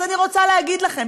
אז אני רוצה להגיד לכם,